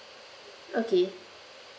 okay